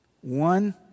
One